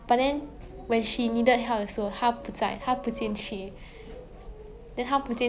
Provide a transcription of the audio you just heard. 帮她 during her bad crises lah so then she escape with him but then that guy right